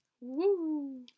Woo